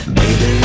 baby